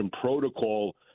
protocol